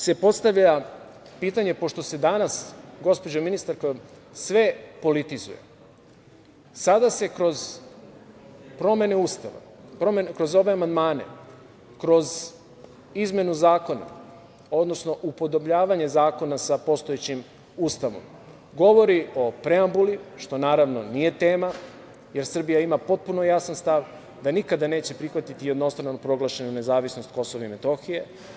Sada se postavlja pitanje, pošto se danas, gospođa ministarko, sve politizuje, sada se kroz promene Ustava, kroz ove amandmane, kroz izmenu zakona, odnosno upodobljavanje zakona sa postojećim Ustavom govori o preambuli, što naravno nije tema, jer Srbija ima potpuno jasan stav da nikada neće prihvatiti jednostrano proglašenu nezavisnost Kosova i Metohije.